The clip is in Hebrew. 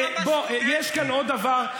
בוא, יש כאן עוד דבר.